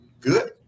Good